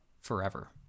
forever